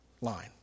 line